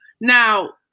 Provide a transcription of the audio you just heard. Now